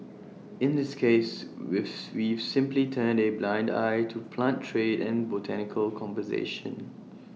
in this case we've simply turned A blind eye to plant trade and botanical conservation